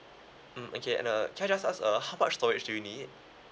mm okay and uh can I just ask uh how much storage do you need